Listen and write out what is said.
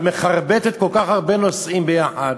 את מחרבטת כל כך הרבה נושאים ביחד.